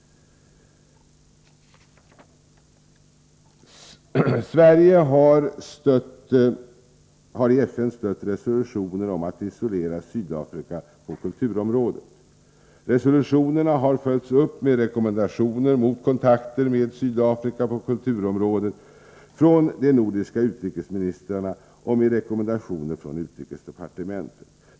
Sverige har i FN stött resolutioner om att isolera Sydafrika på kulturområdet. Resolutionerna har följts upp med rekommendationer mot kontakter med Sydafrika på kulturområdet från de nordiska utrikesministrarna och med rekommendationer från utrikesdepartementet.